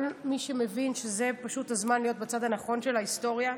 שך כל מי שמבין שזה פשוט הזמן להיות בצד הנכון של ההיסטוריה.